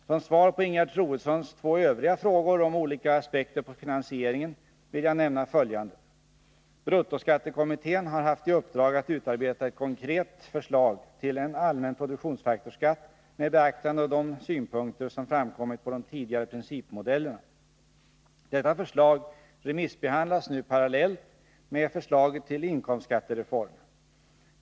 Som svar på Ingegerd Troedssons två övriga frågor-om olika aspekter på finansieringen vill jag nämna följande. Bruttoskattekommittén har haft i uppdrag att utarbeta ett konkret förslag till en allmän produktionsfaktorsskatt med beaktande av de synpunkter som framkommit på de tidigare principmodellerna. Detta förslag remissbehandlas nu parallellt med förslaget till inkomstskattereform.